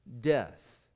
death